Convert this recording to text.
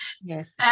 Yes